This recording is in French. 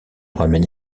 ramène